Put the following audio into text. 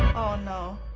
oh no.